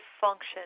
function